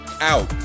out